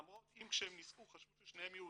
למרות אם כשהם נישאו חשבו ששניהם יהודים,